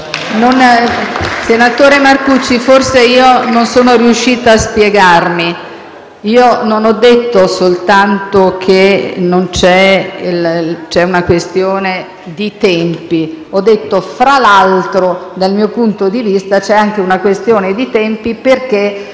Senatore Marcucci, forse non sono riuscita a spiegarmi. Io non ho detto soltanto che c'è una questione di tempi. Ho detto, tra l'altro, che dal mio punto di vista, esiste anche una questione di tempi perché,